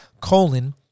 colon